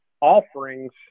offerings